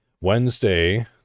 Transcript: Wednesday